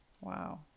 Wow